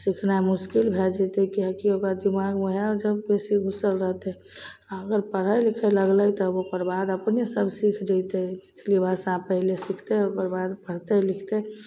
सिखनाइ मुश्किल भए जेतै किएकी ओकर दिमागमे ओहए सब बेसी घुसल रहतै अगर पढ़ए लिखे लगलै तब ओकरबाद अपने सब सीख देतै मैथिली भाषा पहिले सिखतै ओकरबाद पढ़तै लिखतै